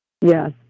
Yes